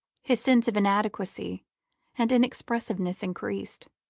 his sense of inadequacy and inexpressiveness increased.